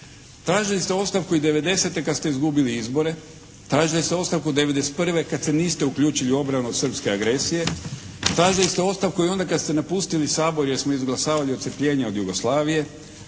Tražili ste ostavku i '90. kad ste izgubili izbore, tražili ste ostavku '91. kad se niste uključili u obranu srpske agresije, tražili ste ostavku i onda kad ste napustili Sabor jer smo izglasavali odcjepljenje od Jugoslavije,